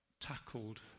tackled